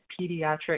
pediatric